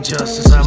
Justice